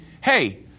hey